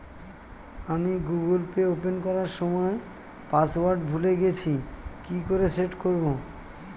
আমি Google Pay open করার সময় পাসওয়ার্ড ভুলে গেছি কি করে সেট করব?